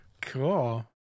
Cool